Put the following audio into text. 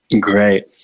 Great